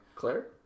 Claire